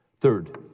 Third